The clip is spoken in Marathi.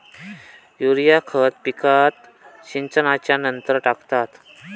युरिया खत पिकात सिंचनच्या नंतर टाकतात